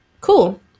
Cool